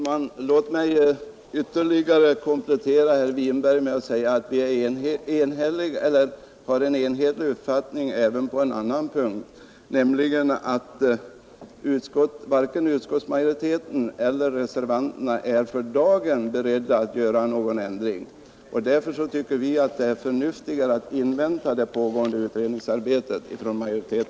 Herr talman! Låt mig komplettera herr Winbergs inlägg med att säga att vi har en enhetlig uppfattning även på en annan punkt, nämligen att varken utskottsmajoriteten eller reservanterna är för dagen beredda att göra någon ändring. Därför tycker vi från utskottsmajoritetens sida att det är förnuftigare att invänta det pågående utredningsarbetet.